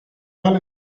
tale